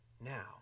now